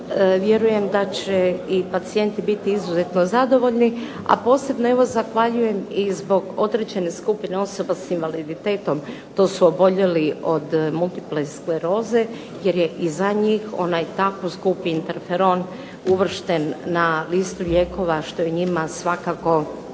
Vjerujem da će i pacijenti biti izuzetno zadovoljni, a posebno evo zahvaljujem i zbog određene skupine osoba sa invaliditetom. To su oboljeli od multiple skleroze, jer je i za njih onaj tako skupi Interferon uvršten na listu lijekova što je njima svakako